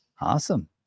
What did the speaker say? Awesome